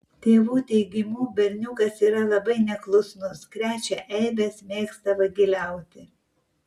tėvų teigimu berniukas yra labai neklusnus krečia eibes mėgsta vagiliauti